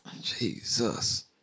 Jesus